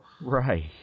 Right